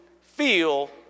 feel